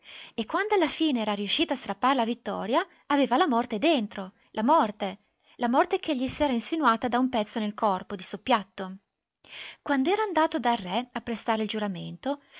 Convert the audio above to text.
e quando alla fine era riuscito a strappar la vittoria aveva la morte dentro la morte la morte che gli s'era insinuata da un pezzo nel corpo di soppiatto quand'era andato dal re a prestare il giuramento